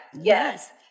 Yes